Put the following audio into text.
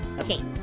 okay,